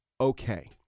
okay